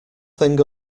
thing